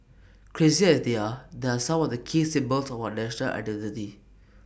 crazy as they are these are some of the key symbols of our national identity